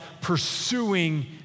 pursuing